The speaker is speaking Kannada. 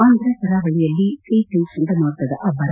ಆಂಧ್ರ ಕರಾವಳಿಯಲ್ಲಿ ಫೆಥೈ ಚಂಡಮಾರುತದ ಅಬ್ಬರ